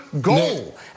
goal